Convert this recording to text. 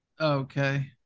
Okay